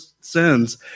sins